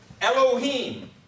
Elohim